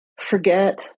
forget